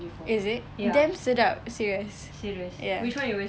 is it damn sedap serious ya